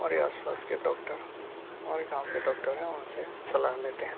हमारे आस पास के डॉक्टर हमारे गाँव के डॉक्टर हैं उन से सलाह लेते हैं